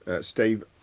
Steve